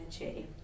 energy